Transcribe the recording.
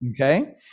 okay